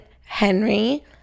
Henry